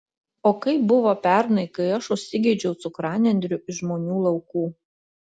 o kaip buvo pernai kai aš užsigeidžiau cukranendrių iš žmonių laukų